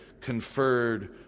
conferred